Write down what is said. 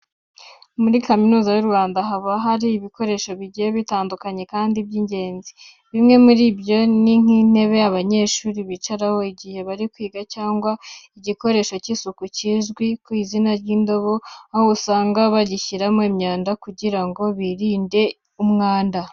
Muri Kaminuza y'u Rwanda, haba hari ibikoresho bigiye bitandukanye kandi by'ingenzi. Bimwe muri byo ni nk'intebe abanyeshuri bicaraho igihe bari kwiga cyangwa se igikoresho cy'isuku kizwi ku izina ry'indobo, aho usanga bagishyiramo imyanda kugira ngo birinde umwanda.